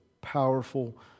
powerful